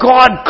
God